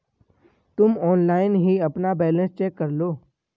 तुम ऑनलाइन ही अपना बैलन्स चेक करलो